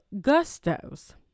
Gusto's